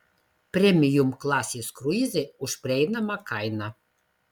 premium klasės kruizai už prieinamą kainą